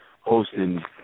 hosting